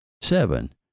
seven